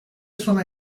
sona